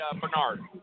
bernard